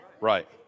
Right